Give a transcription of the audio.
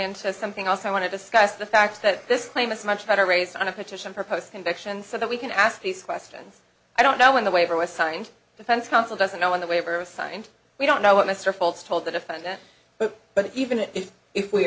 into something else i want to discuss the fact that this claim is much better raised on a petition for post conviction for that we can ask this question i don't know when the waiver was signed the fence counsel doesn't know when the waiver thing and we don't know what mr folds told the defendant but even if we